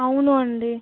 అవును అండి